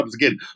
Again